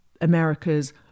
America's